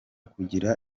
kugira